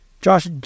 Josh